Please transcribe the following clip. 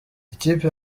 ikipe